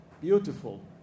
Beautiful